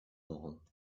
lawn